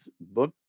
book